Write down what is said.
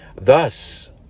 thus